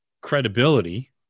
credibility